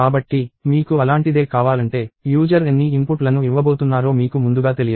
కాబట్టి మీకు అలాంటిదే కావాలంటే యూజర్ ఎన్ని ఇన్పుట్లను ఇవ్వబోతున్నారో మీకు ముందుగా తెలియదు